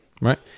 right